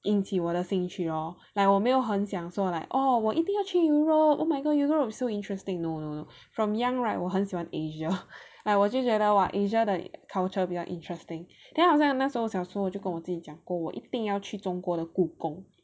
引起我的兴趣 lor like 我没有很想说 like oh 我一定要去 Europe oh my god Europe so interesting no no no from young right 我很喜欢 Asia like 我就觉得 !wah! Asia 的 culture 比较 interesting then 好像那时候小时候我就跟我自己讲过我一定要去中国的故宫